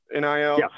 NIL